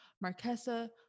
Marquesa